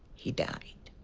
he died.